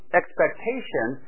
expectation